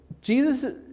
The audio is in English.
Jesus